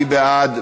מי בעד?